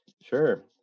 Sure